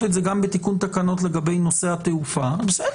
את זה גם בתיקון תקנות לגבי נושא התעופה - בסדר